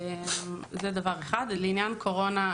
לעניין הקורונה,